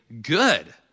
good